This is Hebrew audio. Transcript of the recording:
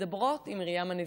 מדברות עם מרים הנביאה.